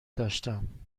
داشتم